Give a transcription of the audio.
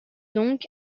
donc